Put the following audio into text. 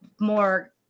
more